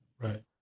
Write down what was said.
Right